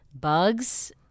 bugs